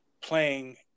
playing